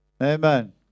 Amen